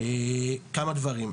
כמה דברים,